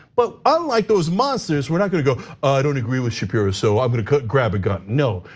but unlike those monsters, we're not gonna go, i don't agree with shapiro, so i'm gonna grab a gun. no,